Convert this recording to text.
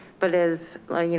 but as like you